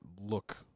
look